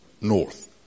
north